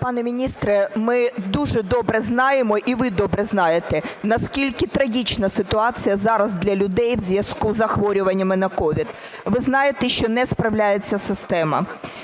Пане міністре, ми дуже добре знаємо, і ви добре знаєте, наскільки трагічна ситуація зараз для людей у зв'язку із захворюваннями на COVID. Ви знаєте, що не справляється система.